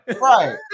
Right